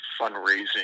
fundraising